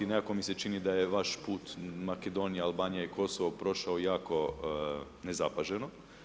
Nekako mi se čini da je vaš put Makedonija, Albanija i Kosovo prošao jako nezapaženo.